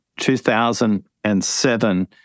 2007